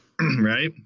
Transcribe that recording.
right